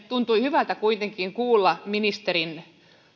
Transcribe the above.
tuntui hyvältä kuitenkin kuulla ministerin